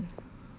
grab kan